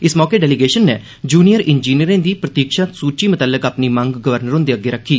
इस मौके डेलीगेशन नै जूनियर इंजीनियरें दी प्रतीक्षा सूची जारी करने मतल्लक अपनी मंग गवर्नर हुंदे अग्गे रक्खी